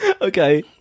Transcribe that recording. Okay